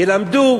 ילמדו